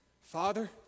Father